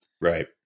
Right